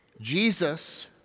Jesus